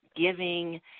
giving